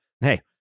Hey